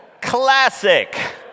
Classic